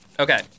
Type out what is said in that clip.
Okay